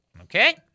Okay